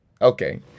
Okay